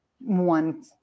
one